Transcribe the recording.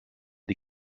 die